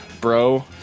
bro